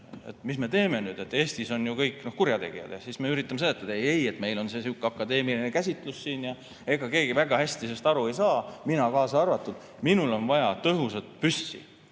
Mis me teeme nüüd? Eestis on ju kõik kurjategijad. Ja siis me üritame seletada, ei-ei, et meil on sihuke akadeemiline käsitlus siin. Ega keegi väga hästi sest aru ei saa, mina kaasa arvatud, minul on vaja tõhusat püssi,